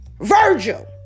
Virgil